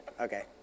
Okay